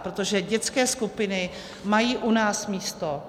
Protože dětské skupiny mají u nás místo.